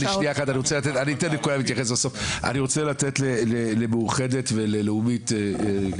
אני רוצה לתת רשות דיבור לקופת חולים "מאוחדת" ול"לאומית".